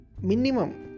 Minimum